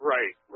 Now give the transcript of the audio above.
Right